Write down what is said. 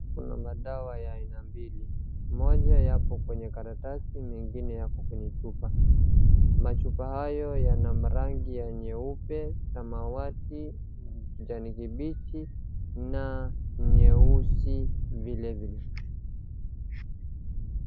Kuna madawa ya aina mbili, moja yapo kwenye karatasi mengine yapo kwenye chupa, machupa hayo yana marangi ya nyeupe, samawati, kijani kibichi na nyeusi vilevile.